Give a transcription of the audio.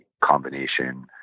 combination